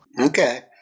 Okay